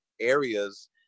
areas